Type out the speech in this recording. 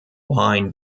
wine